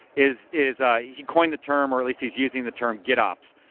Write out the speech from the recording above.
is is ah he coined the term or at least he's using the term git ops,